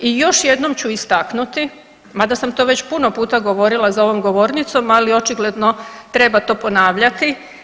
I još jednom ću istaknuti mada sam to već puno puta govorila za ovom govornicom, ali očigledno treba to ponavljati.